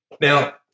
Now